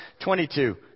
22